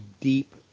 deep